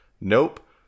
nope